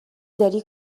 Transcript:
داری